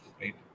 right